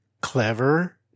clever